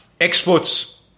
exports